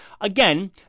Again